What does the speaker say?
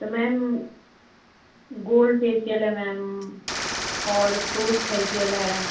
तो ma'am gold facial है ma'am और फ्रूट फेसियल है